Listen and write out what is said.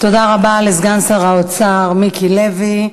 תודה רבה לסגן שר האוצר מיקי לוי.